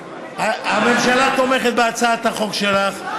הממשלה תומכת בהצעת החוק שלך,